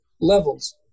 levels